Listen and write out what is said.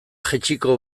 jaitsiko